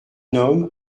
homme